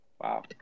wow